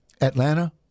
Atlanta